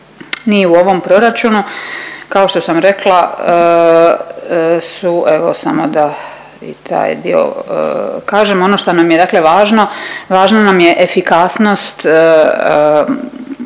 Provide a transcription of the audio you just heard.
ni u ovom proračunu kao što sam rekla su evo samo da i taj dio kažem, ono što nam je dakle važno, važno nam je efikasnost